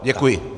Děkuji.